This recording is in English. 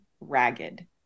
ragged